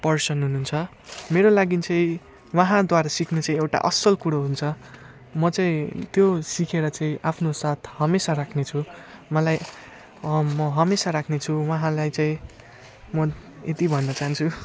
person हुनुहुन्छ मेरो लागि चाहिँ उहाँद्वारा सिक्नु चाहिँ एउटा असल कुरो हुन्छ म चाहिँ त्यो सिकेर चाहिँ आफ्नो साथ हमेसा राख्नेछु मलाई म हमेसा राख्नेछु उहाँलाई चाहिँ म यति भन्न चाहान्छु